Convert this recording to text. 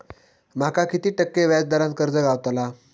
माका किती टक्के व्याज दरान कर्ज गावतला?